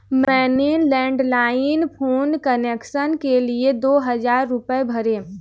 मैंने landline phone connection के लिए दो हजार रुपए भरे